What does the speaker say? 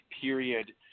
period